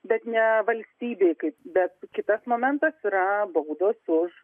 bet ne valstybei kaip bet kitas momentas yra baudos už